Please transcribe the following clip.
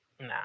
Nah